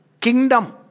Kingdom